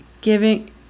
giving